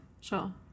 Sure